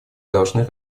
должны